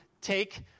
take